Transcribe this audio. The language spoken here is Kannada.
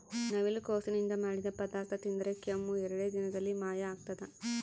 ನವಿಲುಕೋಸು ನಿಂದ ಮಾಡಿದ ಪದಾರ್ಥ ತಿಂದರೆ ಕೆಮ್ಮು ಎರಡೇ ದಿನದಲ್ಲಿ ಮಾಯ ಆಗ್ತದ